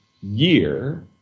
year